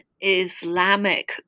Islamic